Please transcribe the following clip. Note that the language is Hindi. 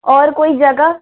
और कोई जगह